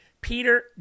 Peter